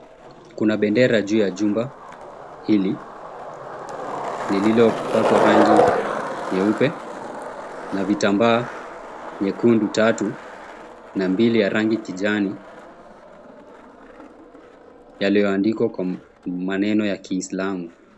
Kuna bendera juu ya jumba hili lililopakwa rangi nyeupe na vitambaa nyekundu tatu na mbili ya rangi kijani yaliyoandikwa kwa maneno ya kiislamu.